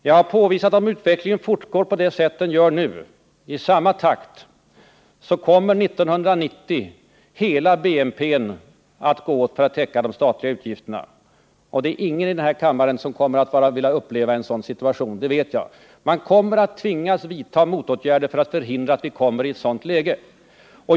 Jag har påvisat att om utvecklingen fortgår i samma takt som nu, kommer 1990 hela vår BNP att gå åt för att täcka de offentliga utgifterna. Jag vet att det inte finns någon i denna kammare som kommer att vilja uppleva den situationen. Vi kommer att tvingas vidta motåtgärder för att förhindra att vi hamnar i ett sådant läge.